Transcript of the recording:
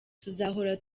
tuzahora